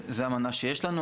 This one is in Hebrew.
זו האמנה שיש לנו.